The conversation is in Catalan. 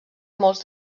molts